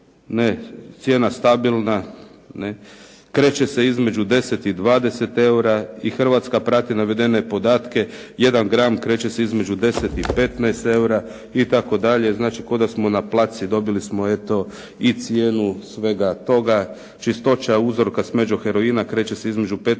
cijena stabilna, kreće se između 10 i 20 eura. I Hrvatska prati navedene podatke, jedan gram kreće se između 10 i 15 eura itd. Znači kao da smo na placu i dobili smo i cijenu svega toga. Čistoća uzorka smeđeg heroina kreće se između 15 i 30%, a